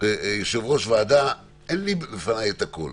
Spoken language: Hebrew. יושב-ראש ועדה, אין בפניי את הכול.